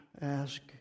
ask